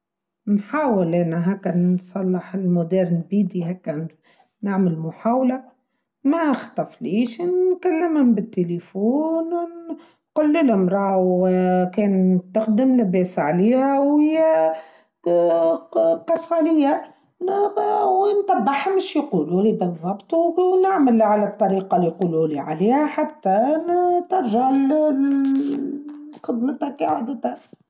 نحاول أنا هكا نصلح الموديرن بيدي هكا نعمل محاولة ما أخطف ليش نكلمهم بالتليفون نقول للمرأة وكانت تخدم لباس عليها ويبتس عليها وانت ما حمش يقولولي بالضبط ونعمل على الطريقة اللي يقولولي عليها حتى ترجل لللللل لخدمتك لعادتها.